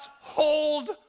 hold